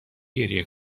گریه